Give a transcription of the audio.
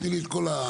תני לי את כל התמונה.